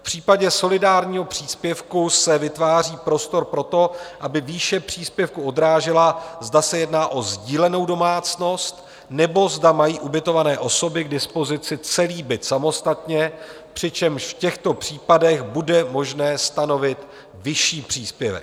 V případě solidárního příspěvku se vytváří prostor pro to, aby výše příspěvku odrážela, zda se jedná o sdílenou domácnost, nebo zda mají ubytované osoby k dispozici celý byt samostatně, přičemž v těchto případech bude možné stanovit vyšší příspěvek.